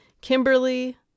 Kimberly